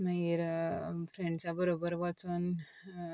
मागीर फ्रेंड्सां बरोबर वोचोन